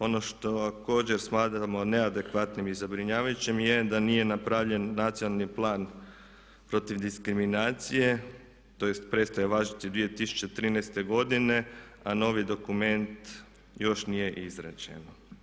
Ono što također smatramo neadekvatnim i zabrinjavajućim je da nije napravljen nacionalni plan protiv diskriminacije, tj. prestaje važiti 2013. godine a novi dokument još nije izrečen.